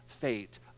fate